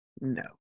No